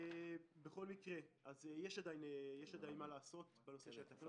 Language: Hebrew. בכל מקרה, יש עדיין מה לעשות בנושא של תקנות